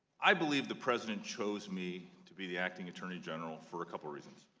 i believe the president chose me to be the acting attorney general for a couple reasons.